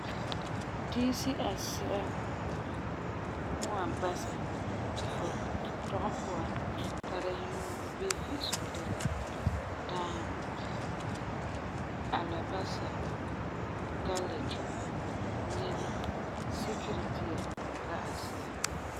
Diisi asi'a n wan basɛ ti fu tɔgum puan tara nyuuŋo bii fi'isegɔ le la: Dãam, alabasa, galiki, nɛnɔ, sikeri dia la asi'a.